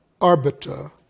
arbiter